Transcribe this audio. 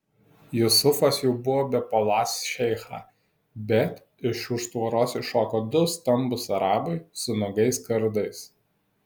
jusufas jau buvo bepuoląs šeichą bet iš už tvoros iššoko du stambūs arabai su nuogais kardais